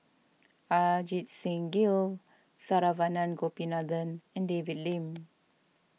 Ajit Singh Gill Saravanan Gopinathan and David Lim